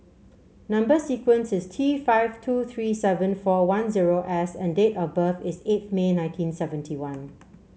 number sequence is T five two three seven four one zero S and date of birth is eighth May nineteen seventy one